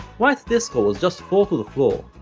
white disco was just four to the floor,